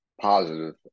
positive